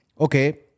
okay